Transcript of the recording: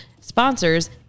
sponsors